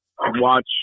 watch